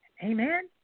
Amen